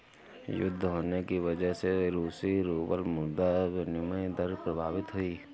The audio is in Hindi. युद्ध होने की वजह से रूसी रूबल मुद्रा विनिमय दर प्रभावित हुई